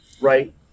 right